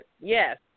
Yes